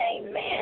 Amen